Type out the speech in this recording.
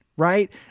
Right